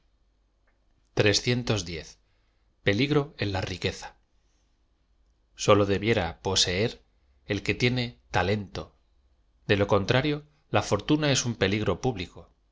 tn la riqueza sólo debiera p o s ttr el que tiene talento de lo con trario la fortuna es ixn p elig ro público